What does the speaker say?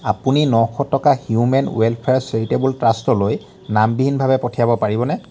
আপুনি নশ টকা হিউমেন ৱেলফেয়াৰ চেৰিটেবল ট্ৰাষ্টলৈ নামবিহীনভাৱে পঠিয়াব পাৰিবনে